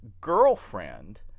girlfriend